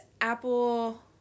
Apple